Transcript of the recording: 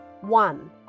One